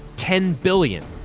ten billion,